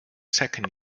second